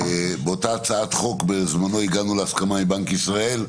באותה הצעת חוק בזמנו הגענו להסכמה עם בנק ישראל,